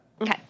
Okay